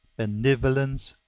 benevolence,